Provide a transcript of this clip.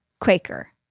Quaker